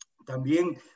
También